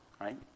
right